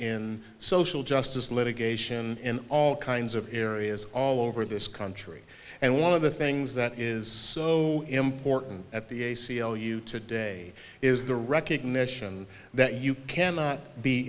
in social justice litigation in all kinds of areas all over this country and one of the things that is so important at the a c l u today is the recognition that you cannot be